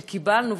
שקיבלנו,